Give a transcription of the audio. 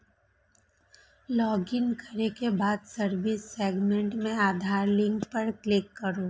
login करै के बाद सर्विस सेगमेंट मे आधार लिंक पर क्लिक करू